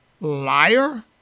liar